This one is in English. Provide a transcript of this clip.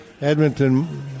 Edmonton